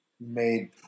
made